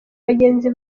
bagenzi